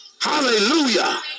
Hallelujah